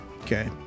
Okay